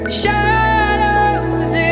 shadows